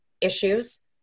issues